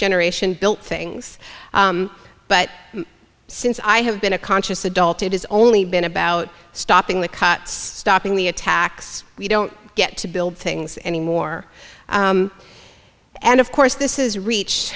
generation built things but since i have been a conscious adult it has only been about stopping the cuts topping the attacks we don't get to build things anymore and of course this is reach